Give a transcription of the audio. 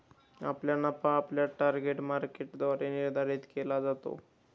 आपला नफा आपल्या टार्गेट मार्केटद्वारे निर्धारित केला जातो